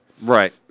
right